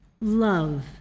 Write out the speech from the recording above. love